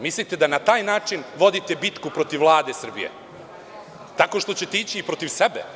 Mislite da na taj način vodite bitku protiv Vlade Srbije, tako što ćete ići i protiv sebe.